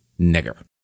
nigger